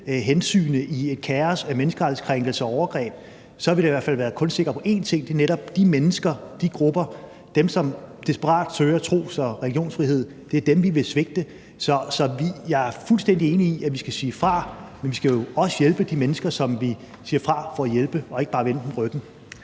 hensygne i et kaos af menneskerettighedskrænkelser og overgreb, så kan vi i hvert fald kun være sikre på én ting, og det er, at netop de mennesker og de grupper, altså dem, som desperat søger tros- og religionsfriheden, er dem, vi ville svigte. Så jeg er fuldstændig enig i, at vi skal sige fra, men vi skal også hjælpe de mennesker, som vi siger fra for at hjælpe, og ikke bare vende dem ryggen.